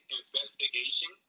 investigation